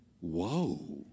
whoa